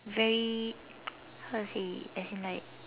very how to say as in like